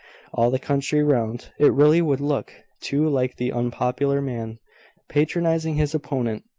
all the country round it really would look too like the unpopular man patronising his opponent.